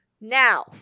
Now